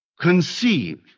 conceive